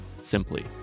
simply